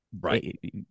Right